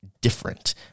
different